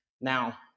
Now